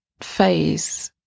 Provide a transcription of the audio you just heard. phase